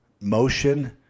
Motion